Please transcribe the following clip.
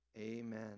Amen